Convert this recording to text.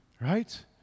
right